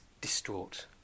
distraught